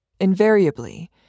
Invariably